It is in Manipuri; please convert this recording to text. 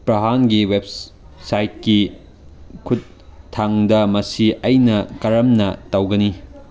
ꯄ꯭ꯔꯥꯟꯒꯤ ꯋꯦꯞꯁꯥꯏꯠꯀꯤ ꯈꯨꯠꯊꯥꯡꯗ ꯃꯁꯤ ꯑꯩꯅ ꯀꯔꯝꯅ ꯇꯧꯒꯅꯤ